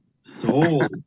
Sold